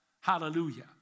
Hallelujah